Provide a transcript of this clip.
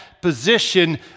position